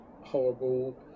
horrible